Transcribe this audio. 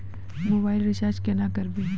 Mobile recharge केना करबै?